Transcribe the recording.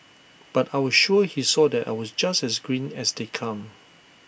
but I was sure he saw that I was just as green as they come